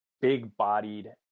big-bodied